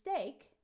steak